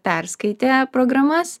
perskaitė programas